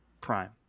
prime